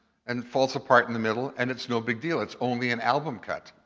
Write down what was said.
and falls apart in the middle, and it's no big deal. it's only an album cut.